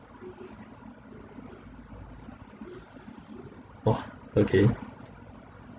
oh okay